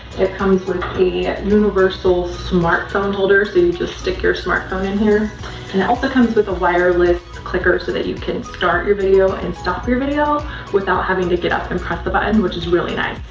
it comes with a universal smartphone holder so you just stick your smartphone in here and it also comes with a wireless clicker so that you can start your video and stop your video without having to get up and press the button, which is really nice.